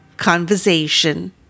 conversation